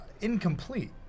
incomplete